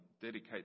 dedicate